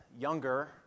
Younger